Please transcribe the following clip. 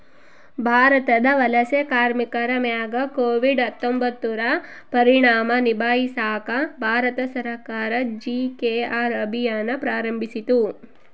ಭಾರತದ ವಲಸೆ ಕಾರ್ಮಿಕರ ಮ್ಯಾಗ ಕೋವಿಡ್ ಹತ್ತೊಂಬತ್ತುರ ಪರಿಣಾಮ ನಿಭಾಯಿಸಾಕ ಭಾರತ ಸರ್ಕಾರ ಜಿ.ಕೆ.ಆರ್ ಅಭಿಯಾನ್ ಪ್ರಾರಂಭಿಸಿತು